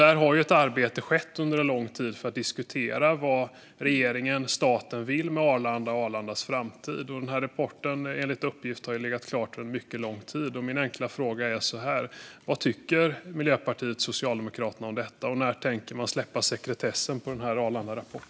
Där har ett arbete skett under lång tid då man har diskuterat vad regeringen och staten vill med Arlanda och Arlandas framtid. Enligt uppgift har denna rapport legat klar under en mycket lång tid. Min enkla fråga är: Vad tycker Miljöpartiet och Socialdemokraterna om detta, och när tänker man släppa sekretessen för denna Arlandarapport?